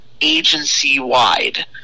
agency-wide